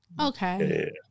Okay